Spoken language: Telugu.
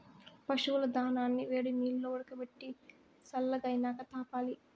పశువుల దానాని వేడినీల్లో ఉడకబెట్టి సల్లగైనాక తాపాలి